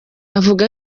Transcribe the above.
avuga